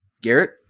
Garrett